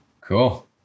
Cool